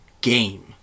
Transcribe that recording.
game